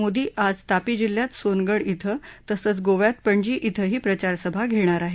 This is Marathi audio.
मोदी आज तापी जिल्ह्यात सोनगड इथं तसंच गोव्यात पणजी इथंही प्रचारसभा घेणार आहेत